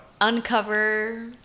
Uncover